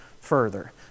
further